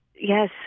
Yes